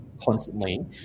constantly